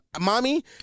mommy